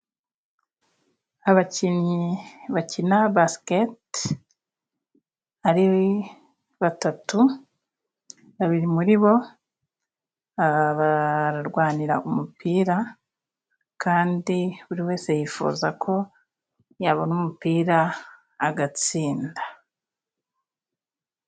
Abakinnyi bakina basikete ari batatu, babiri muri bo bararwanira umupira, kandi buri wese yifuza ko yabona umupira agatsinda.